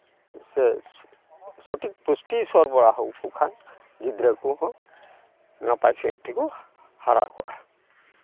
ᱥᱮ ᱥᱚᱴᱷᱤᱠ ᱯᱩᱥᱴᱤ ᱥᱚᱨᱵᱚᱨᱟᱦᱚ ᱟᱠᱚ ᱠᱷᱟᱱ ᱜᱤᱫᱽᱨᱟᱹ ᱠᱚᱦᱚᱸ ᱱᱟᱯᱟᱭ ᱥᱟᱺᱦᱤᱡ ᱛᱮᱠᱚ ᱦᱟᱨᱟ ᱠᱚᱜᱼᱟ